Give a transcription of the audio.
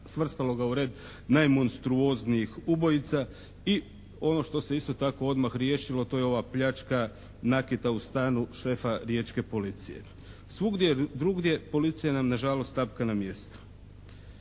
svrstalo ga u red najmonstrouznijih ubojica i ono što se isto tako odmah riješilo to je ova pljačka nakita u stanu šefa riječke policije. Svugdje drugdje policija nam nažalost tapka na mjestu.